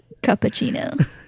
cappuccino